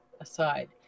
aside